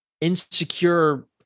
insecure